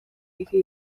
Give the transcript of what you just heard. iri